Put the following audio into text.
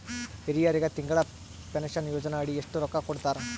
ಹಿರಿಯರಗ ತಿಂಗಳ ಪೀನಷನಯೋಜನ ಅಡಿ ಎಷ್ಟ ರೊಕ್ಕ ಕೊಡತಾರ?